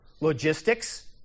Logistics